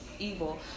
evil